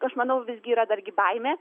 aš manau visgi yra dargi baimė